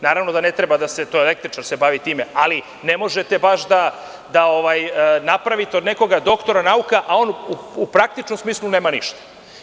Naravno da ne treba, električar se bavi time, ali ne možete baš da napravite od nekoga doktora nauka, a on u praktičnom smislu nema ništa.